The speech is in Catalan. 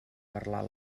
parlar